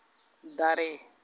ᱫᱟᱨᱮ